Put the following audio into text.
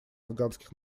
афганских